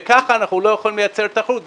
וככה אנחנו לא יכולים לייצר את התחרות.